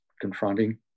confronting